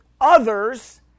others